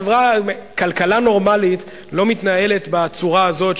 כלכלה נורמלית לא מתנהלת בצורה הזאת,